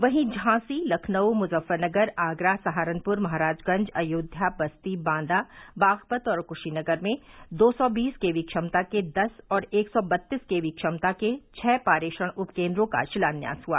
वहीं झांसी लखनऊ मुजफ्फरनगर आगरा सहारनपुर महाराजगंज अयोध्या बस्ती बांदा बागपत और कुशीनगर में दो सौ बीस के वी क्षमता के दस और एक सौ बत्तीस केवी क्षमता के छह पारेषण उपकेन्द्रों का शिलान्यास हुआ